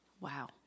Wow